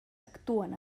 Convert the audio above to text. actuen